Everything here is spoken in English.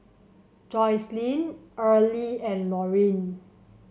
Joycelyn Earlie and Lorine